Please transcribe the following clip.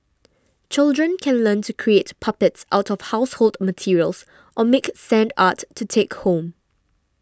children can learn to create puppets out of household materials or make sand art to take home